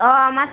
अ मास